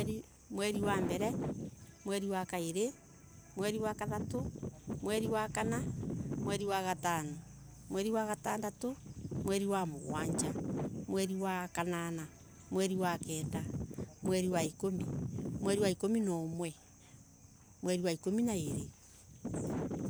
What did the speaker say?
Mweli wa mbele, mweli wa kairi, mweli wa kathatu, mweli wa kana, mweli wa gatano, mweli wa gatandatu, mweli wa mugwanja, mweli wa kanana, mweli waikumi mweli ikumi na umwe, mweli wa ikumi na iri.